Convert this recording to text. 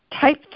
type